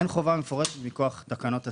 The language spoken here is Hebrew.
אין חובה מפורשת מכוח תקנות ה-CRS.